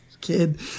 kid